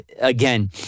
again